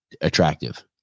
attractive